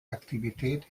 aktivität